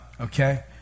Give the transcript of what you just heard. okay